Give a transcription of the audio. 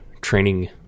training